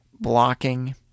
blocking